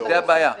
זו הבעיה.